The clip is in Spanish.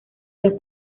los